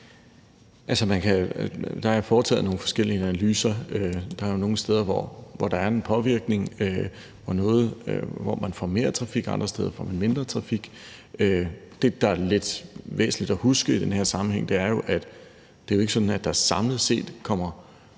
Der er foretaget nogle forskellige analyser. Der er nogle steder, hvor der er en påvirkning; der er noget, hvor man får mere trafik, andre steder får man mindre trafik. Det, der er lidt væsentligt at huske i den her sammenhæng, er jo, at det ikke er sådan, at der samlet set kommer mere